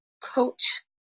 Coach